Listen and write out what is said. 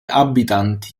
abitanti